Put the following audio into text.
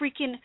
freaking